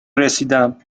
رسیدم